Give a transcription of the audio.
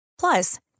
Plus